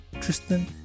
Tristan